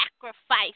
sacrifice